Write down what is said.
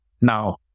Now